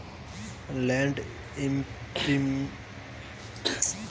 land ইমপ্রিন্টের এক ধরণের মোটর মেশিন যাতে করে চাষ হচ্ছে